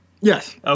Yes